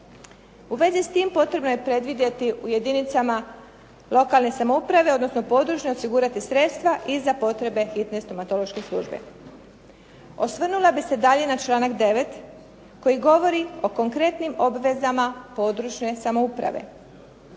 U vezi s tim potrebno je predvidjeti u jedinicama lokalne samouprave, odnosno područne osigurati sredstva i za potrebe hitne stomatološke službe. Osvrnula bih se dalje na članak 9. koji govori o konkretnim obvezama područne samouprave